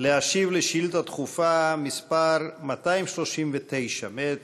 להשיב על שאילתה דחופה מס' 239 מאת